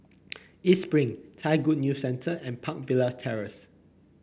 East Spring Thai Good News Centre and Park Villas Terrace